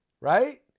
Right